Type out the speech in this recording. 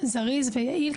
זריז ויעיל,